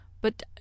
But